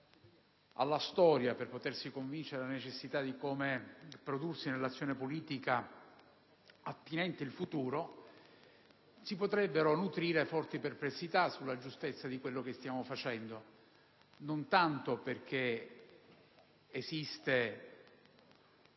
alla storia per convincersi di come prodursi nell'azione politica attinente il futuro, si potrebbero nutrire forti perplessità sulla giustezza di quello che stiamo facendo, non tanto perché esiste